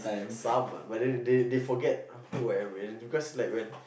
some ah but then they they forget who am I already because like when